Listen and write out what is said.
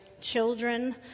children